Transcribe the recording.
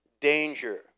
danger